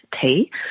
tea